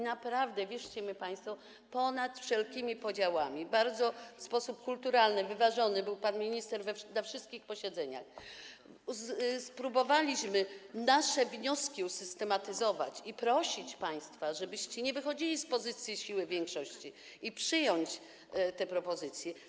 Naprawdę, wierzcie mi państwo, ponad wszelkimi podziałami, w sposób bardzo kulturalny, wyważony - był pan minister na wszystkich posiedzeniach - spróbowaliśmy nasze wnioski usystematyzować i prosiliśmy państwa, żebyście nie wychodzili z pozycji siły większości i żeby przyjąć te propozycje.